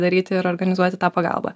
daryti ir organizuoti tą pagalbą